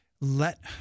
let